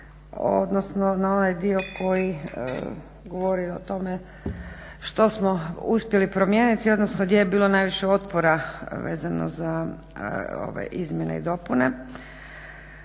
odnosno na onaj dio koji govori o tome što smo uspjeli promijeniti, odnosno gdje je bilo najviše otpora vezano za izmjene i dopune.